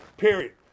Period